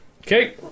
Okay